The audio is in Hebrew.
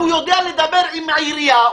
שהוא יודע לדבר עם העירייה,